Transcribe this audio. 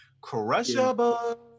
Crushable